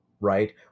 right